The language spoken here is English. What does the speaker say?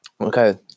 Okay